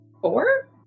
four